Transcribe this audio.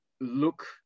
look